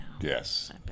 Yes